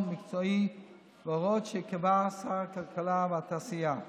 הכול הפקר, הכול משוחרר והנהרות זורמים.